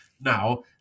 now